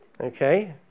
Okay